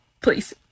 please